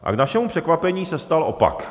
A k našemu překvapení se stal opak.